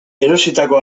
erositako